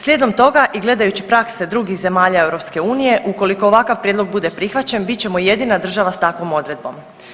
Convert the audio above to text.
Slijedom toga i gledajući prakse drugih zemalja EU, ukoliko ovakav prijedlog bude prihvaćen, bit ćemo jedina država s takvom odredbom.